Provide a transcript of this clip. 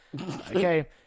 Okay